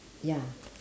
ya